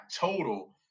total